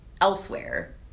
elsewhere